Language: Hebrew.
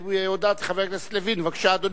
חבר הכנסת לוין, בבקשה, אדוני.